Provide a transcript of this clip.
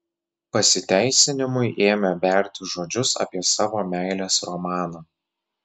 pasiteisinimui ėmė berti žodžius apie savo meilės romaną